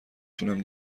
تونم